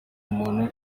muntu